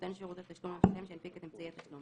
נותן שירותי התשלום למשלם שהנפיק את אמצעי התשלום,